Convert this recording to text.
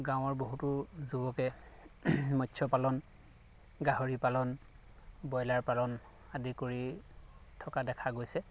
গাঁৱৰ বহুতো যুৱকে মৎস্য় পালন গাহৰি পালন ব্ৰইলাৰ পালন আদি কৰি থকা দেখা গৈছে